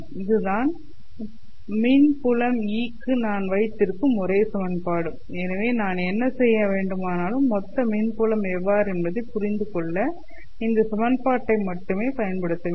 இதுதான் மின் மின் புலம் E க்கு நான் வைத்திருக்கும் ஒரே சமன்பாடு எனவே நான் என்ன செய்ய வேண்டுமானாலும் மொத்த மின் புலம் எவ்வாறு என்பதை புரிந்து கொள்ள இந்த சமன்பாட்டை மட்டுமே பயன்படுத்த வேண்டும்